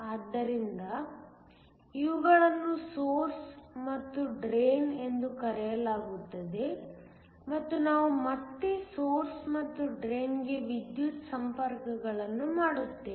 ಆದ್ದರಿಂದ ಇವುಗಳನ್ನು ಸೊರ್ಸ್ ಮತ್ತು ಡ್ರೈನ್ ಎಂದು ಕರೆಯಲಾಗುತ್ತದೆ ಮತ್ತು ನಾವು ಮತ್ತೆ ಸೊರ್ಸ್ ಮತ್ತು ಡ್ರೈನ್ಗೆ ವಿದ್ಯುತ್ ಸಂಪರ್ಕಗಳನ್ನು ಮಾಡುತ್ತೇವೆ